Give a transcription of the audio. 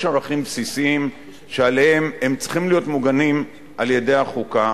ערכים בסיסיים שצריכים להיות מוגנים על-ידי החוקה,